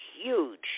huge